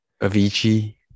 Avicii